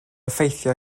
effeithio